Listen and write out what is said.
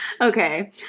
okay